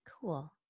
Cool